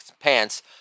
pants